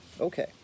Okay